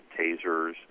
tasers